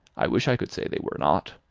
i wish i could say they were not.